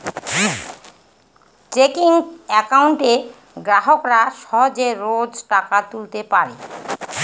checking একাউন্টে গ্রাহকরা সহজে রোজ টাকা তুলতে পারে